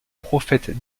prophètes